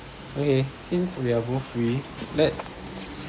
okay since we are both free let's